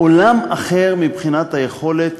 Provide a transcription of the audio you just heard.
עולם אחר מבחינת היכולת